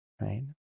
right